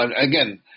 again